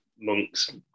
monks